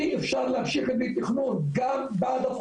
אי אפשר להמשיך בלי תכנון, זה גם בא הלוך